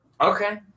Okay